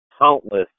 countless